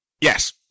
Yes